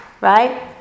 right